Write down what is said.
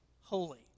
holy